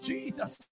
Jesus